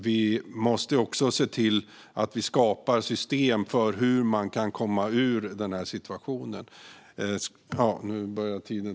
Vi måste också se till att vi skapar system för hur man kan komma ur situationen.